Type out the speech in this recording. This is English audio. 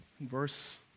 Verse